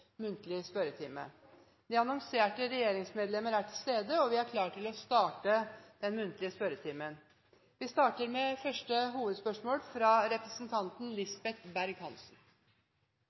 muntlig spørretime. De annonserte regjeringsmedlemmer er til stede, og vi er klar til å starte den muntlige spørretimen. Vi starter med første hovedspørsmål, fra representanten Lisbeth